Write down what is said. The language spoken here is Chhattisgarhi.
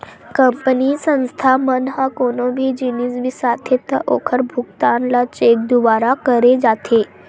कंपनी, संस्था मन ह कोनो भी जिनिस बिसाथे त ओखर भुगतान ल चेक दुवारा करे जाथे